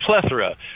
plethora